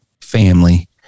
family